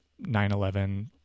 9-11